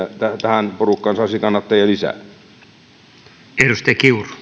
tähän porukkaan saisi kannattajia lisää arvoisa